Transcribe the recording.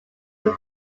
will